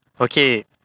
Okay